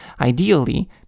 ideally